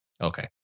Okay